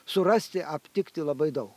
surasti aptikti labai daug